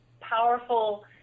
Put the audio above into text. powerful